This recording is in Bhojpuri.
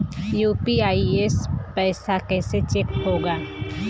यू.पी.आई से पैसा कैसे चेक होला?